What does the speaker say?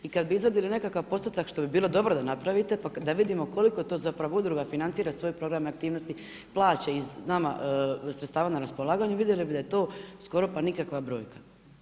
I kada bi izvadili nekakav postotak što bi bilo dobro da napravite pa da vidimo koliko to zapravo udruga financira svoj program aktivnosti plaće iz nama sredstava na raspolaganju vidjeli bi da je to skoro pa nikakva brojka.